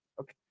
okay